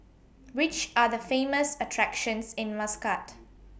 Which Are The Famous attractions in Muscat